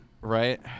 Right